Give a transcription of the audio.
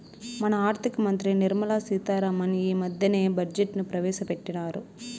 మన ఆర్థిక మంత్రి నిర్మలా సీతా రామన్ ఈ మద్దెనే బడ్జెట్ ను ప్రవేశపెట్టిన్నారు